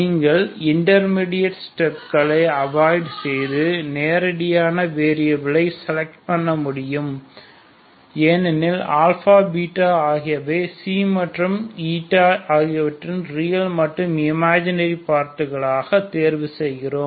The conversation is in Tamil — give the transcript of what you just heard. நீங்கள் இன்டர்மீடியட் ஸ்டெப்களை அவாய்ட் செய்து நேரடியாக வேரியபிலை செலக்ட் பண்ண முடியும் ஏனெனில் αβ ஆகியவை மற்றும் ஆகியவற்றின் ரியல் மற்றும் இமேஜினறி பார்ட்டுகளாக தேர்வு செய்கிறோம்